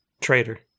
Traitor